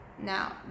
Now